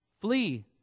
Flee